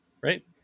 right